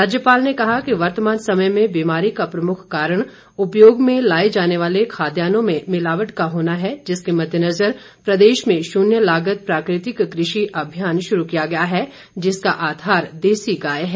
राज्यपाल ने कहा कि वर्तमान समय में बीमारी का प्रमुख कारण उपयोग में लाए जाने वाले खाद्यान्नों में मिलावट का होना है जिसके मद्देनजर प्रदेश में शून्य लागत प्राकृतिक कृषि अभियान शुरू किया गया है जिसका आधार देसी गाय है